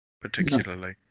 Particularly